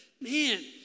man